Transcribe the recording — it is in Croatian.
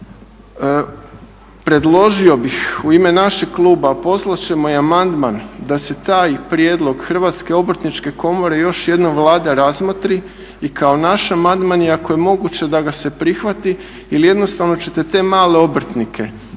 Predložio bih u ime našeg kluba, a poslat ćemo i amandman, da taj prijedlog HOK-a još jednom Vlada razmotri i kao naš amandman i ako je moguće da ga se prihvati jer jednostavno ćete te male obrtnike od kojih